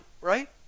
Right